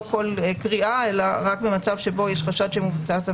לא כל קריאה אלא רק במצב שבו יש חשד שמבוצעת עבירה.